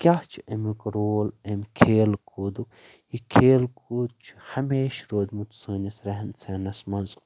کیاہ چھُ امیُک رول امہِ کھیل کوٗدُک یہِ کھیل کوٗد چھُ ہمیشہٕ روٗدمُت سٲنس ریٚہن سہنس منٛز